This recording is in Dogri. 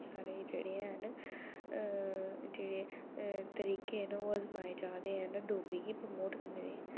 सारे जेह्ड़े हैन जेह्ड़े तरीके हैन ओह् अजमाए जा करदे हैन डोगरी गी प्रमोट करने दे